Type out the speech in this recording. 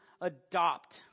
adopt